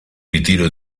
ritiro